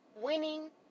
winning